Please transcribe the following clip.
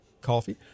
Coffee